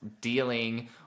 dealing